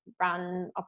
run